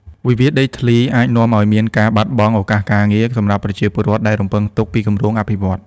វិវាទដីធ្លីអាចនាំឱ្យមានការបាត់បង់ឱកាសការងារ សម្រាប់ពលរដ្ឋដែលរំពឹងទុកពីគម្រោងអភិវឌ្ឍន៍។